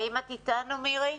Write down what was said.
מירי,